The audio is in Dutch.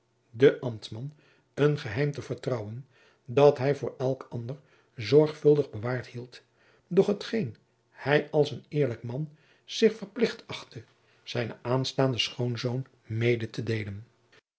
den ambtman een geheim te vertrouwen dat hij voor elk ander zorgvuldig bewaard hield doch t geen hij als een eerlijk man zich verplicht achtte zijnen aanstaanden schoonzoon mede te deelen